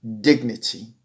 dignity